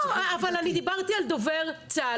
אבל אני דיברתי על דובר צה"ל,